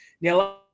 Now